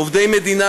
עובדי מדינה,